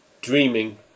dreaming